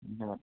ഇല്ല